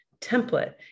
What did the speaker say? template